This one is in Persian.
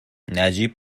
نجیب